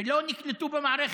ולא נקלטו במערכת,